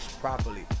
properly